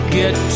get